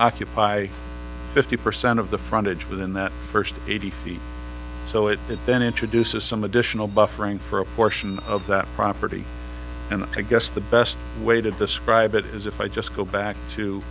occupy fifty percent of the frontage within that first eighty feet so it then introduces some additional buffering for a portion of that property and i guess the best way to describe it is if i just go back to